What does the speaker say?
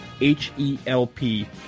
H-E-L-P